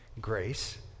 Grace